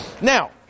Now